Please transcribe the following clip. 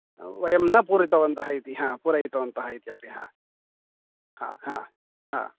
वयं न पूरितवन्तः इति पूरयितवन्तः इति ह ह ह